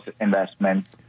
investment